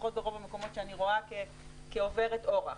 לפחות ברוב המקומות שאני רואה כעוברת אורח.